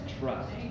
trust